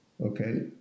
Okay